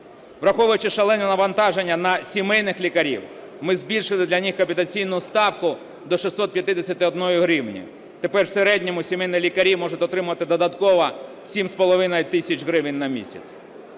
Враховуючи шалене навантаження на сімейних лікарів, ми збільшили для них капітаційну ставку до 651 гривні. Тепер в середньому сімейні лікарі можуть отримувати додатково сім з половиною тисяч гривень на місяць.